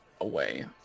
away